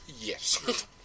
yes